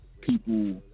people